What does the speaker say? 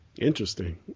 Interesting